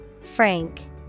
Frank